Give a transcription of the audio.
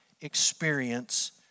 experience